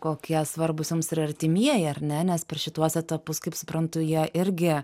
kokie svarbūs jums ir artimieji ar ne nes per šituos etapus kaip suprantu jie irgi